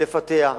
לפתח.